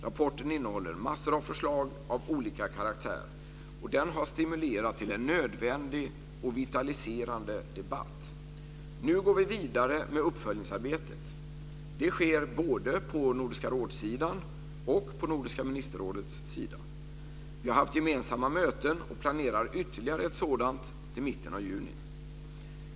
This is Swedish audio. Rapporten innehåller massor av förslag av olika karaktär. Den har stimulerat till en nödvändig och vitaliserande debatt. Nu går vi vidare med uppföljningsarbetet. Det sker både på Nordiska rådssidan och på Nordiska ministerrådets sida. Vi har haft gemensamma möten, och vi planerar ytterligare ett sådant till mitten av juni.